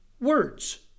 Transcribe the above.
words